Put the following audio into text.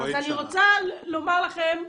אז אני רוצה לומר לכם,